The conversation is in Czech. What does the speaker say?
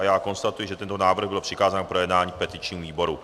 Já konstatuji, že tento návrh byl přikázán k projednání petičnímu výboru.